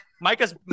Micah's –